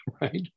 right